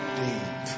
deep